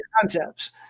concepts